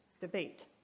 debate